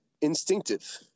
instinctive